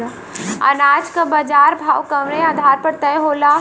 अनाज क बाजार भाव कवने आधार पर तय होला?